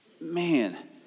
Man